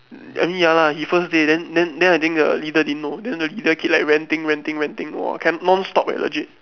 I mean ya lah he first day then then then I think the leader didn't know then the leader keep like ranting ranting ranting !wah! can non stop eh legit